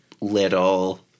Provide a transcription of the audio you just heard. little